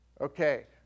Okay